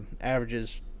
Averages